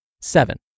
Seven